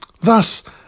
Thus